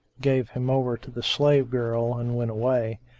gave him over to the slave girl and went away.